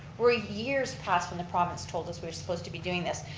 we're years past when the province told us we're supposed to be doing this.